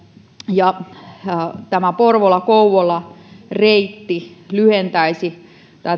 ja tämä porvoo kouvola reitti lyhentäisi